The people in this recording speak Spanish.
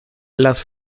las